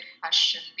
question